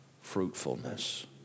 fruitfulness